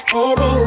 Baby